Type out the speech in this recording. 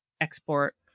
export